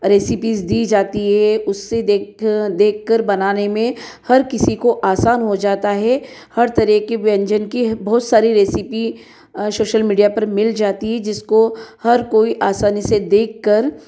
recipes दी जाती हैं उस से देख देखकर बनाने में हर किसी को आसान हो जाता है हर तरह की व्यंजन की बहुत सारी रेसिपी अ सोशल मीडिया पर मिल जाती हैं जिसको हर कोई आसानी से देखकर